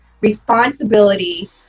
responsibility